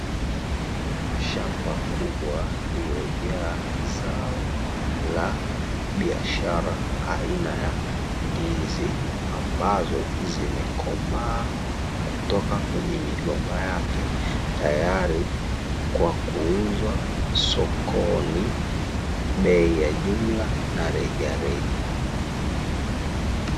Shamba kubwa lililojaa zao la biashara aina ya ndizi, ambazo zimekomaa kutoka kwenye migomba yake, tayari kwa kuuzwa sokoni, bei ya ujumla na rejareja.